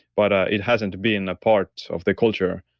but it hasn't been a part of the culture.